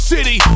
City